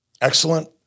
excellent